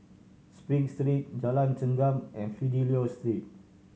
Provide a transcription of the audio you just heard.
Spring Street Jalan Chengam and Fidelio Street